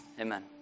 Amen